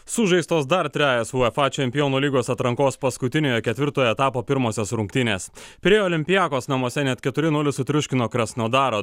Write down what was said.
sužaistos dar trejos uefa čempionų lygos atrankos paskutiniojo ketvirtojo etapo pirmosios rungtynės pirėjo olympiakos namuose net keturi nulis sutriuškino krasnodaro